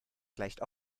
gleicht